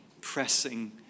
pressing